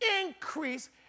increase